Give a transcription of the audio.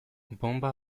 bonba